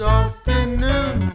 afternoon